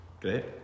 Great